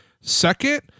Second